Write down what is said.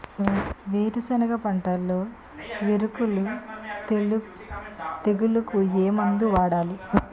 వేరుసెనగ పంటలో వేరుకుళ్ళు తెగులుకు ఏ మందు వాడాలి?